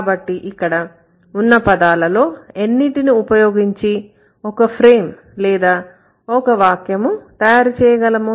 కాబట్టి ఇక్కడ ఉన్న పదాలలో ఎన్నింటిని ఉపయోగించి ఒక ఫ్రేమ్ లేదా ఒక వాక్యం తయారు చేయగలము